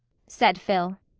said phil.